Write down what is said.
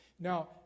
Now